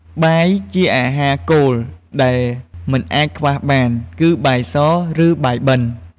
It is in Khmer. បាយ ជាអាហារគោលដែលមិនអាចខ្វះបាន គឺបាយស ឬ បាយបិណ្ឌ។